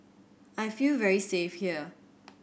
I feel very safe here